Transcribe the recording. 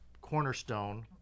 cornerstone